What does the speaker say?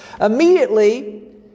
Immediately